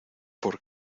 por